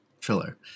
thriller